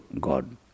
God